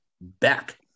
back